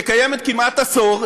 שקיימת כמעט עשור,